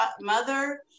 mother